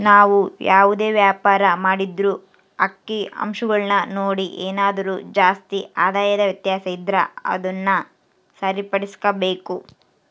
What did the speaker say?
ನಾವು ಯಾವುದೇ ವ್ಯಾಪಾರ ಮಾಡಿದ್ರೂ ಅಂಕಿಅಂಶಗುಳ್ನ ನೋಡಿ ಏನಾದರು ಜಾಸ್ತಿ ಆದಾಯದ ವ್ಯತ್ಯಾಸ ಇದ್ರ ಅದುನ್ನ ಸರಿಪಡಿಸ್ಕೆಂಬಕು